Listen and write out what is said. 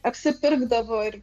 apsipirkdavo ir